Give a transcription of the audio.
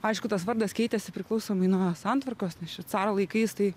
aišku tas vardas keitėsi priklausomai nuo santvarkos nes čia caro laikais tai